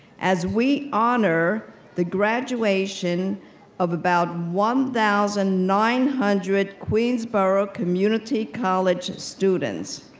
as we honor the graduation of about one thousand nine hundred queensborough community college students.